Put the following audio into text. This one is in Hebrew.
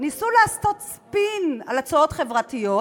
ניסו לעשות ספין על הצעות חברתיות,